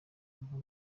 mva